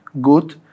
good